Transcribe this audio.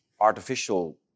artificial